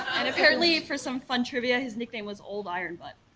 and apparently, for some fun trivia, his nickname was old iron butt.